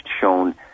shown